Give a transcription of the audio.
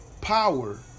power